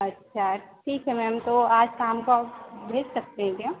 अच्छा ठीक है मैम तो आज शाम को आप भेज सकते हैं क्या